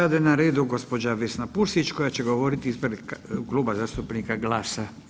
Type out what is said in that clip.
Sada je na redu gospođa Vesna Pusić, koja će govoriti ispred Kluba zastupnika GLAS-a.